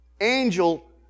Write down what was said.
angel